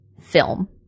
film